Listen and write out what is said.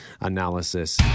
analysis